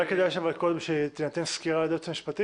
אולי כדאי שקודם תינתן סקירה על ידי היועץ המשפטי,